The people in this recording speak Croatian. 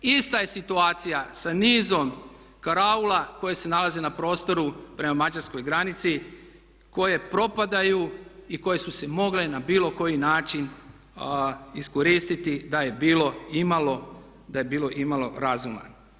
Ista je situacija sa nizom karaula koje se nalaze na prostoru prema mađarskoj granici koje propadaju i koje su se mogle na bilo koji način iskoristiti da je bilo imalo, da je bilo imalo razuma.